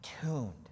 tuned